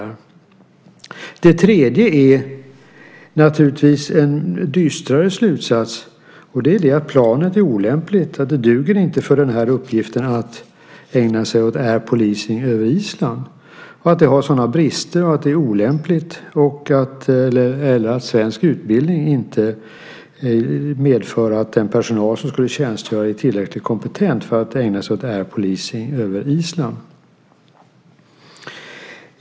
För det tredje kan man naturligtvis dra en dystrare slutsats, och det är att planet är olämpligt och inte duger för uppgiften att ägna sig åt Air Policing över Island - att det har sådana brister, att det är olämpligt eller att svensk utbildning inte medför att den personal som skulle tjänstgöra är tillräckligt kompetent för att ägna sig åt Air Policing över Island.